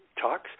talks